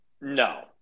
No